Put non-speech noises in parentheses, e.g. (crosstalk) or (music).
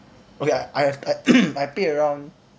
okay I I I (coughs) I pay around